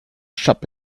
shop